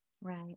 Right